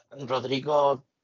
Rodrigo